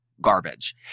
garbage